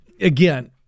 Again